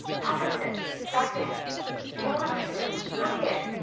half a minute, vee. it's like this you want freedom. look here.